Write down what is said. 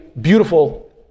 beautiful